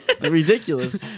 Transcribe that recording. Ridiculous